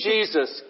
Jesus